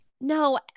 No